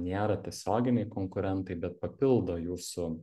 nėra tiesioginiai konkurentai bet papildo jūsų